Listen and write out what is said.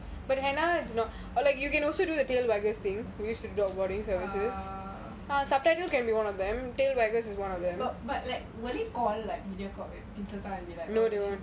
ah but but like will thye call like mediacorp and like